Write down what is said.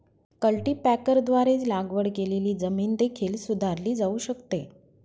कल्टीपॅकरद्वारे लागवड केलेली जमीन देखील सुधारली जाऊ शकते